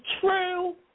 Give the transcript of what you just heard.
True